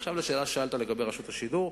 עכשיו לשאלה ששאלת לגבי רשות השידור,